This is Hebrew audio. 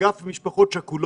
באגף משפחות שכולות